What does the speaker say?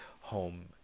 home